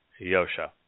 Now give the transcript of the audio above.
Yosha